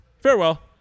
Farewell